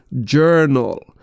journal